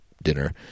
dinner